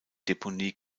deponie